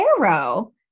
arrow